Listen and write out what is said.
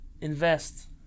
invest